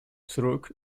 truck